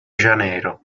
janeiro